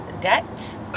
debt